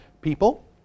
people